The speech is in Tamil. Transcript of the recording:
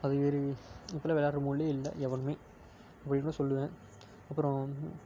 அது ஒரு இப்பெல்லாம் விள்ளாடுற மூடுலேயே இல்லை எவனுமே அப்படிதான் சொல்லுவேன் அப்புறோம்